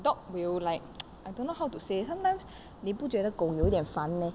dog will like I don't know how to say sometimes 你不觉得狗有点烦 meh